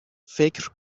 فکر